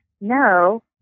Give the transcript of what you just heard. no